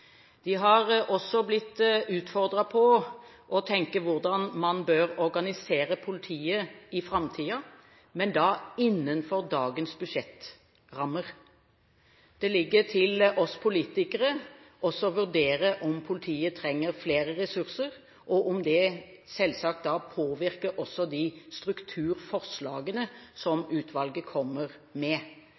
De har også blitt utfordret på å tenke hvordan man bør organisere politiet i framtiden, men da innenfor dagens budsjettrammer. Det ligger til oss politikere å vurdere om politiet trenger flere ressurser, og selvsagt om det påvirker de strukturforslagene som utvalget kommer med.